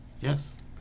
Yes